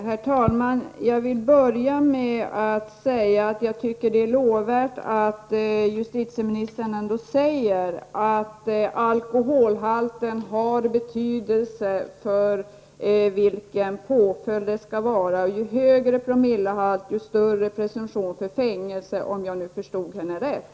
Herr talman! Det är lovvärt att justitieministern ändå säger att alkoholhalten har betydelse för påföljden. Vad som gäller är alltså: ju högre promillehalt, desto större presumtion för fängelse -- om jag förstår justitieministern rätt.